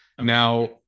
Now